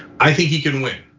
i think he can win.